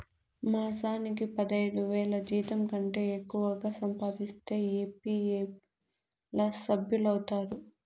మాసానికి పదైదువేల జీతంకంటే ఎక్కువగా సంపాదిస్తే ఈ.పీ.ఎఫ్ ల సభ్యులౌతారు